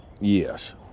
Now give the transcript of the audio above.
yes